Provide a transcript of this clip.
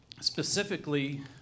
specifically